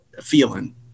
feeling